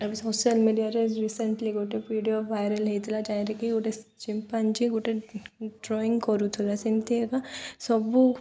ଆ social ମିଡ଼ିଆରେ recently ଗୋଟେ video viral ହେଇଥିଲା ଯାହିଁରେକି ଗୋଟେ ଚିମ୍ପାଞ୍ଜି ଗୋଟେ ଡ୍ରଇଂ କରୁଥିଲା ସେମିତି ଏକା ସବୁ